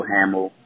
Hamill